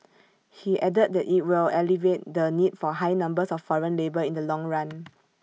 he added that IT will alleviate the need for high numbers of foreign labour in the long run